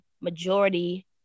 majority